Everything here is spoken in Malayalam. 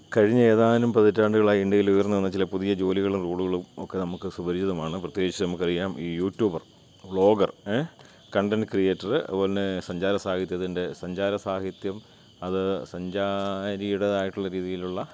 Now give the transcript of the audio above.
കഴിഞ്ഞ ഏതാനും പതിറ്റാണ്ടുകളായി ഇന്ത്യയിലുയർന്നു വന്ന ചില പുതിയ ജോലികളും റൂളുകളും ഒക്കെ നമക്ക് സുപരിചിതമാണ് പ്രത്യേകിച്ചും നമുക്കറിയാം ഈ YouTuber blogger a content creator അതുപോലെന്നെ സഞ്ചാരസാഹിത്യത്തിൻ്റെ സഞ്ചാരസാഹിത്യം അത് സഞ്ചാരിയുടേതായിട്ടുള്ള രീതിയിലുള്ള